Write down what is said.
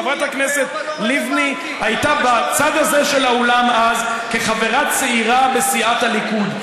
חברת הכנסת לבני הייתה בצד הזה של האולם אז כחברה צעירה בסיעת הליכוד,